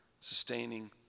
sustaining